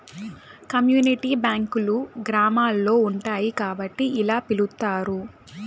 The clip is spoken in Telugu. కమ్యూనిటీ బ్యాంకులు గ్రామాల్లో ఉంటాయి కాబట్టి ఇలా పిలుత్తారు